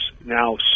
now